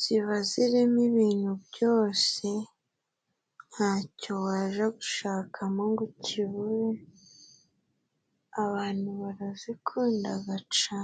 ziba zirimo ibintu byose, ntacyo waja gushakamo ngo ukibure, abantu barazikundaga cane.